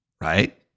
right